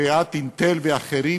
ועד "אינטל" ואחרים,